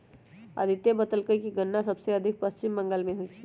अदित्य बतलकई कि गन्ना सबसे अधिक पश्चिम बंगाल में होई छई